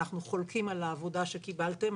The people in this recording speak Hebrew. אנחנו חולקים על העבודה שקיבלתם,